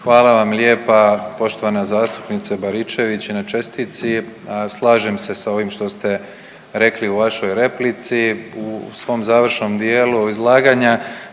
Hvala vam lijepa poštovana zastupnice Baričević i na čestitci. Slažem se sa ovim što ste rekli u vašoj replici. U svom završnom dijelu izlaganja